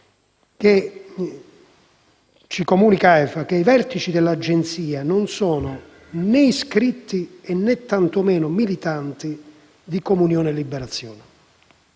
comunica che i vertici dell'Agenzia non sono iscritti, tantomeno militanti di Comunione e Liberazione.